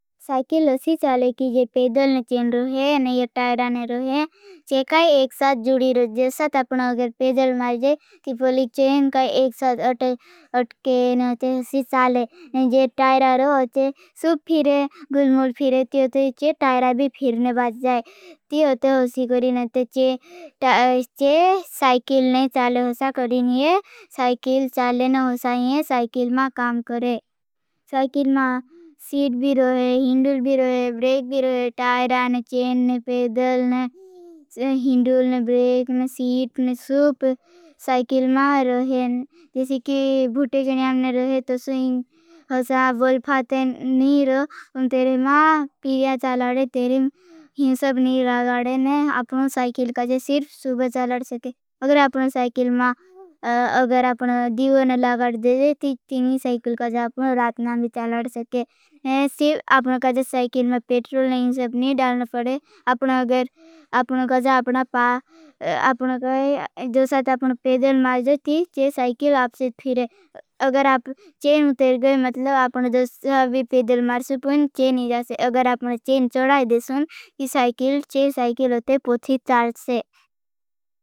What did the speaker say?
साइकिल होसी चाले की। जे पेदल ने चेन रोहे ने। ये टायरा ने रोहे। चे काई एक साथ जुड़ी रोजे। सत अपना अगर पेदल मार जे ती फोली चेन। काई एक साथ अटके ने होते होसी। चाले ने जे टायरा रोहे चे सूप फिरे। गुलमूल फिरे ती ये तायरा भी फिरने बाज जाए ती ये ते होसी। करें ने ते चे साइकिल ने चाले होसा करें। ने साइकिल चाले ने होसा हीने साइकिल मार काम करें। साइकिल मार सीट भी रोहे। हिंडूल भी रोहे, ब्रेक भी रोहे टायरा ने।